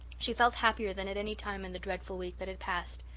she felt happier than at any time in the dreadful week that had passed.